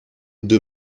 deux